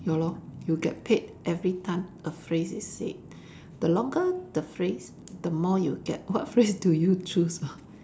ya lor you get paid every time a phrase is said the longer the phrase the more you get what phrase do you choose ah